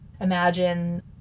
imagine